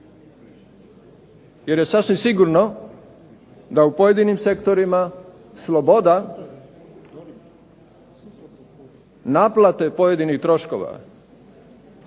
Jer je sasvim sigurno da u pojedinim sektorima sloboda naplate pojedinih troškova